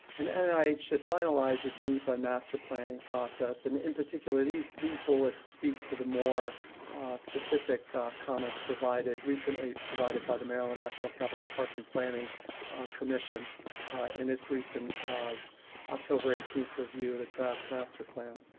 and and nih should finalize its nepa master planning process, and in particular these these bullets speak to the more specific comments provided, recently provided by the maryland-national capital park and planning commission in its recent october eighteenth review of the draft master plan.